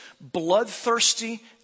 bloodthirsty